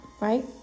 right